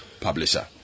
publisher